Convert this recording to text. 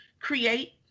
create